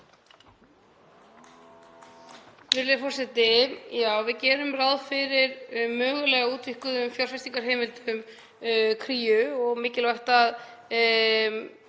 forseti. Já, við gerum ráð fyrir mögulega útvíkkuðum fjárfestingarheimildum Kríu og mikilvægt að